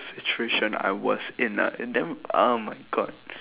situation I was in ah and then oh my god